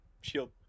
Shield